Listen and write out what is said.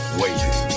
waiting